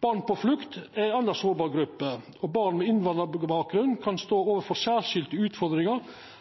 Barn på flukt er ei anna sårbar gruppe, og barn med innvandrarbakgrunn kan stå overfor særskilde utfordringar